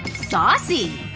saucy!